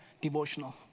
devotional